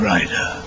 Rider